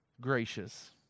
gracious